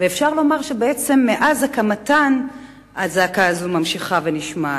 ואפשר לומר שבעצם מאז הקמתן הזעקה הזאת ממשיכה ונשמעת.